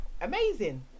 amazing